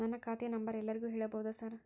ನನ್ನ ಖಾತೆಯ ನಂಬರ್ ಎಲ್ಲರಿಗೂ ಹೇಳಬಹುದಾ ಸರ್?